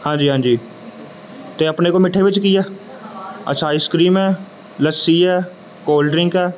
ਹਾਂਜੀ ਹਾਂਜੀ ਅਤੇ ਆਪਣੇ ਕੋਲ ਮਿੱਠੇ ਵਿੱਚ ਕੀ ਆ ਅੱਛਾ ਆਈਸਕਰੀਮ ਹੈ ਲੱਸੀ ਹੈ ਕੋਲਡਰਿੰਕ ਹੈ